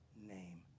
name